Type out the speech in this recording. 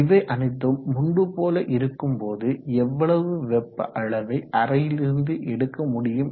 இவை அனைத்தும் முன்பு போல் இருக்கும் போது எவ்வளவு வெப்ப அளவை அறையில் இருந்து எடுக்க முடியும்